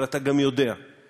אבל אתה גם יודע שחוק,